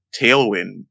tailwind